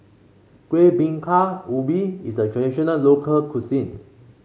Kuih Bingka Ubi is a traditional local cuisine